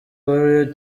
royal